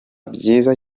byiza